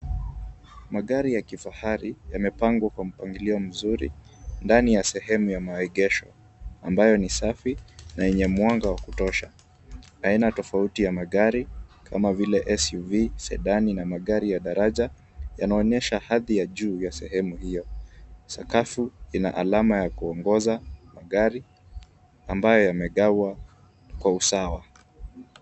Magari ya kifahari yamepangwa kwa mpangilio mzuri ndani ya sehemu ya maegesho ambayo ni safi na yenye mwanga wa kutosha. Aina tofauti ya magari kama vile SUV, Sedani na magari ya daraja, yanaonyesha hadhi ya juu ya sehemu hiyo. Sakafu ina alama ya kuongoza magari ambayo yamegawa kwa usawa.